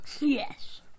Yes